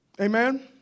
Amen